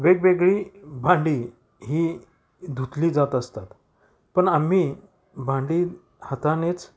वेगवेगळी भांडी ही धुतली जात असतात पण आम्ही भांडी हातानेच